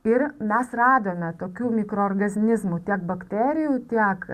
ir mes radome tokių mikroorgaznizmų tiek bakterijų tiek